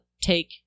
take